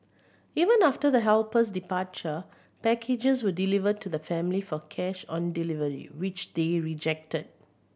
even after the helper's departure packages were delivered to the family for cash on delivery which they rejected